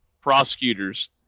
prosecutors